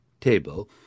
table